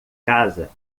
casa